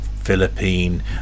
philippine